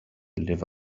live